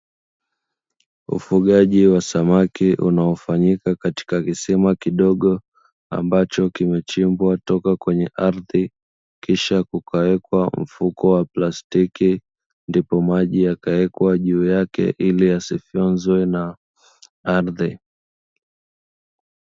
Ufugaji wa samaki, unaofanyika katika kisima kidogo ambacho kimechimbwa kutoka kwenye ardhi, kisha kikawekwa mfuko wa plastiki, ndipo maji yakawekwa juu yake ili yasifyonzwe na ardhi.